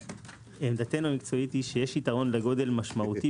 עמדתנו המקצועית היא שיש יתרון לגודל משמעותי